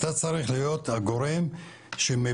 אתה צריך להיות הגורם שמביא,